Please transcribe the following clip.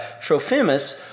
Trophimus